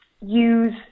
use